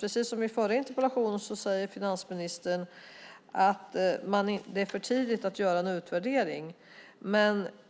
Precis som i den förra interpellationsdebatten säger finansministern att det är för tidigt att göra en utvärdering.